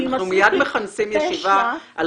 אם עשיתי פשע --- אנחנו מיד מכנסים ישיבה על